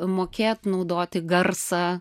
mokėt naudoti garsą